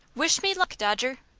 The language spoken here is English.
wish me luck, dodger!